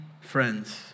friends